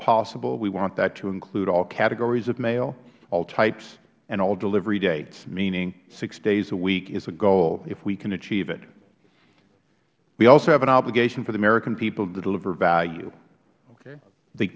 possible we want that to include all categories of mail all types and all delivery dates meaning six days a week is a goal if we can achieve it we also have an obligation to the american people to deliver value the